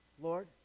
Lord